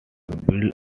built